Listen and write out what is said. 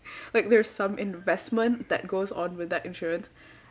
like there's some investment that goes on with that insurance